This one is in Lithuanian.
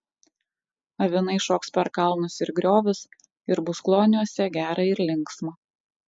avinai šoks per kalnus ir griovius ir bus kloniuose gera ir linksma